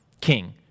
king